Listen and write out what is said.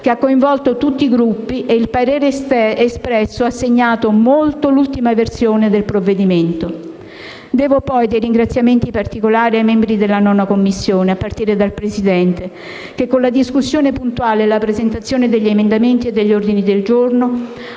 che ha coinvolto tutti i Gruppi e il parere espresso ha segnato molto l'ultima versione del provvedimento. Devo poi dei ringraziamenti particolari ai membri della 9a Commissione, a partire dal Presidente, che con la discussione puntuale e la presentazione degli emendamenti e degli ordini del giorno